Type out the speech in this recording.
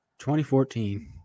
2014